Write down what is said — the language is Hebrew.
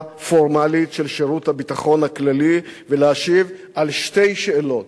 פורמלית של שירות הביטחון הכללי ולהשיב על שתי שאלות,